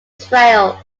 trail